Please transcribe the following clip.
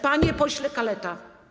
Panie pośle Kaleta!